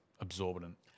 absorbent